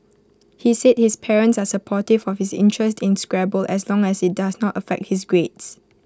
he said his parents are supportive of his interest in Scrabble as long as IT does not affect his grades